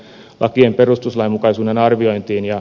lakien perustuslainmukaisuuden arviointiin